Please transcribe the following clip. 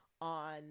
on